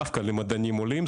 דווקא למדענים עולים,